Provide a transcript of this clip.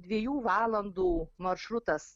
dviejų valandų maršrutas